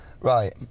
right